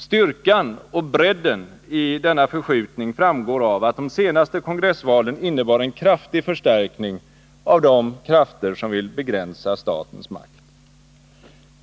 Styrkan och bredden i denna förskjutning framgår av att de senaste kongressvalen innebar en kraftig förstärkning av de krafter som vill begränsa statens makt.